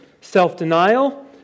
self-denial